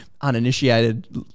uninitiated